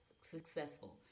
successful